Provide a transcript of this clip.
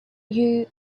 you